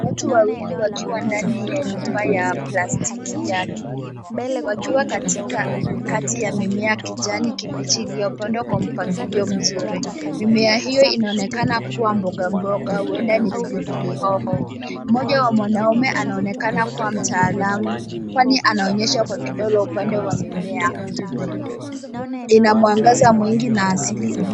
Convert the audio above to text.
Watu wawili wakiwa ndani ya nyumba ya plastiki ya kilimo. Wakiwa katikati ya mimea ya kijani kibichi iliyopandwa kwa mpangilio mzuri. Mimea hiyo inaonekana kuwa mboga mboga huenda ni pilipili hoho. Mmoja wa wanaume anaonekana kuwa mtaalamu, kwani anaonyesha kwa kidole upande wa mimea. Ina mwangaza mwingi na asili ulio.